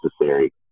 necessary